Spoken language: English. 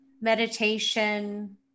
meditation